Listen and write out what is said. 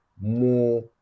more